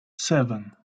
seven